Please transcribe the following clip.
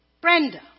Brenda